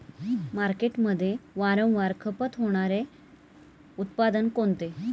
मार्केटमध्ये वारंवार खपत होणारे उत्पादन कोणते?